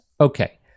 Okay